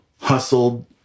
hustled